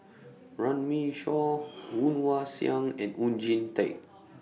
Runme Shaw Woon Wah Siang and Oon Jin Teik